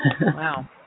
Wow